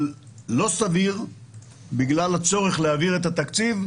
אז לפי הגיון שעמד כשהצגתם את החוק לוועדה לפני שלוש וחצי שנים,